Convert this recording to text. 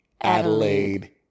Adelaide